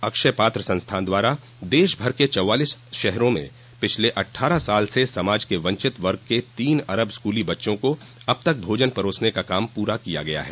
अक्षय पात्र संस्था द्वारा देश भर के चौवालीस शहरों में पिछले अट्ठारह साल से समाज के वंचित वर्ग के तीन अरब स्कूली बच्चों को अब तक भोजन परोसने का काम पूरा किया गया है